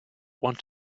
want